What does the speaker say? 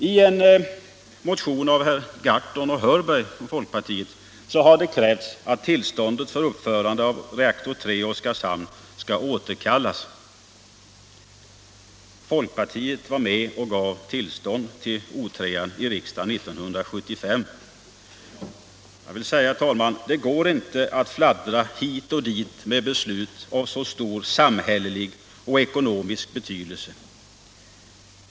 I en motion av herr Gahrton och herr Hörberg från folkpartiet har det krävts att tillståndet för uppförandet av reaktor 3 i Oskarshamn skall 93 återkallas. Folkpartiet var med och gav tillstånd för O 3 i riksdagen 1975. Jag vill säga, herr talman, att det går inte att fladdra hit och dit med beslut av så stor samhällelig och ekonomisk betydelse.